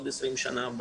20 שנה,